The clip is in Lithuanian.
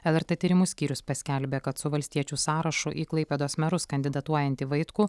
lrt tyrimų skyrius paskelbė kad su valstiečių sąrašu į klaipėdos merus kandidatuojantį vaitkų